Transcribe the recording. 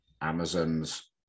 Amazon's